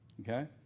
Okay